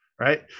Right